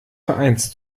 vereins